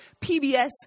PBS